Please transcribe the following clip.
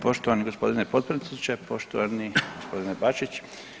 Poštovani gospodine potpredsjedniče, poštovani gospodine Bačić.